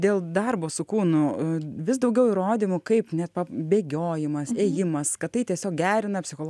dėl darbo su kūnu a vis daugiau įrodymų kaip net pap bėgiojimas ėjimas kad tai tiesiog gerina psicholo